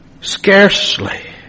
Scarcely